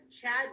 Chad